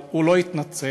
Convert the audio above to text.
אבל הוא לא התנצל,